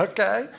Okay